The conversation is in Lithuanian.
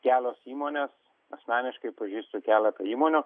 kelios įmonės asmeniškai pažįstu keletą įmonių